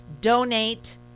donate